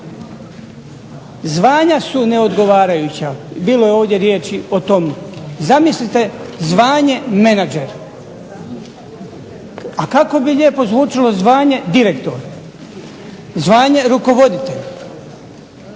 Zvanja su neodgovarajuća, bilo je ovdje riječi o tome. Zamislite zvanje menadžer. A kako bi lijepo zvučalo zvanje direktor, zvanje rukovoditelj.